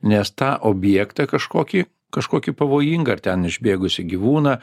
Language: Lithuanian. nes tą objektą kažkokį kažkokį pavojingą ar ten išbėgusį gyvūną